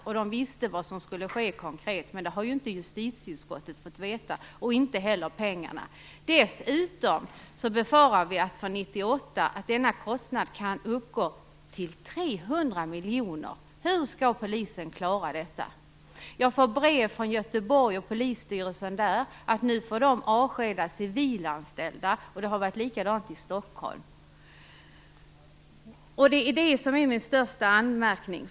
Man visste vad som skulle ske konkret, men det har inte justitieutskottet fått veta. Vi har inte heller fått veta någonting om pengarna. Dessutom befarar vi att denna kostnad kan uppgå till 300 miljoner för 1998. Hur skall polisen klara detta? Jag har fått brev från polisstyrelsen i Göteborg om att de nu får avskeda civilanställda. Likadant har det varit i Stockholm. Det är detta som är min största anmärkning.